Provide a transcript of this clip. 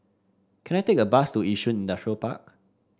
can I take a bus to Yishun Park